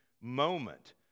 moment